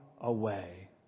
away